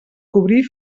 cobrir